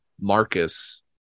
Marcus